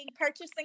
purchasing